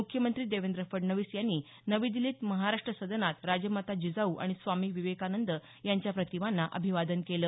मुख्यमंत्री देवेंद्र फडणवीस यांनी नवी दिल्लीत महाराष्ट सदनात राजमाता जिजाऊ आणि स्वामी विवेकानंद यांच्या प्रतिमांना अभिवादन केलं